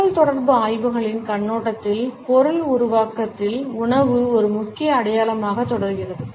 தகவல்தொடர்பு ஆய்வுகளின் கண்ணோட்டத்தில் பொருள் உருவாக்கத்தில் உணவு ஒரு முக்கிய அடையாளமாகத் தொடர்கிறது